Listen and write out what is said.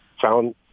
found